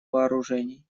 вооружений